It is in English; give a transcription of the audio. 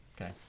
Okay